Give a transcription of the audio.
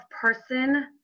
person